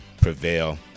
prevail